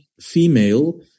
female